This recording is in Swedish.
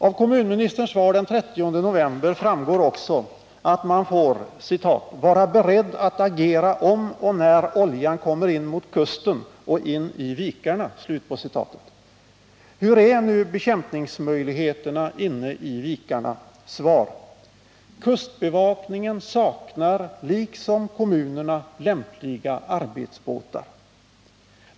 Av kommunministerns svar den 30 november framgår också att man får ”vara beredd att agera om och när oljan kommer in mot kusten och in i vikarna”. Hur är nu bekämpningsmöjligheterna inne i vikarna? Svar: Kustbevakningen saknar liksom kommunerna lämpliga arbetsbåtar.